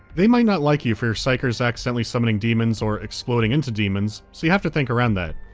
they might not like you for your psykers accidentally summoning daemons, or exploding into daemons, so you have to think around that.